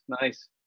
Nice